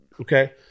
okay